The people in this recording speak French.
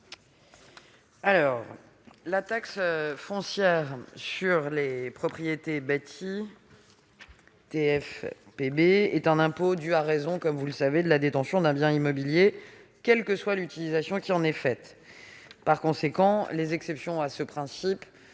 La taxe foncière sur les propriétés bâties est un impôt dû à raison de la détention d'un bien immobilier, quelle que soit l'utilisation qui en est faite. Par conséquent, les exceptions à ce principe